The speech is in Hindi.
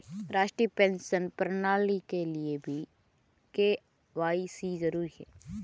राष्ट्रीय पेंशन प्रणाली के लिए भी के.वाई.सी जरूरी है